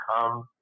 come